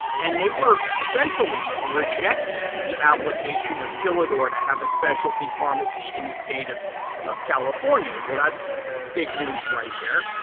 and they were essentially rejecting the application of philidor to have a specialty pharmacy in the state of of california. well, that's big news right there.